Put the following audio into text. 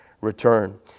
return